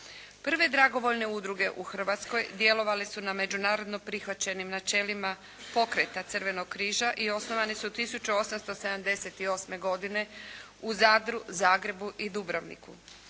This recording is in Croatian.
Prve dragovoljne udruge u Hrvatskoj djelovale su na međunarodno prihvaćenim načelima pokreta Crvenog križa i osnovane su 1878. godine u Zadru, Zagrebu i Dubrovniku.